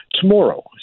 tomorrow